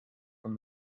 from